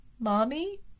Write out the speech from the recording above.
mommy